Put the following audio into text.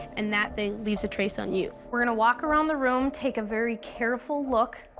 and that thing leaves a trace on you. we're going to walk around the room, take a very careful look.